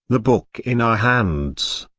the book in our hands,